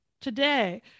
Today